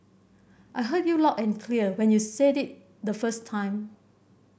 I heard you loud and clear when you said it the first time